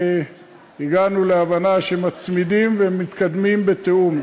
הגענו להבנה שמצמידים ומתקדמים בתיאום,